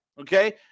Okay